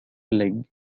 league